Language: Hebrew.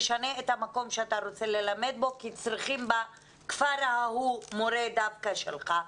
תשנה את המקום שאתה רוצה ללמד כי צריכים בכפר ההוא מורה דווקא שלך,